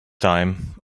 time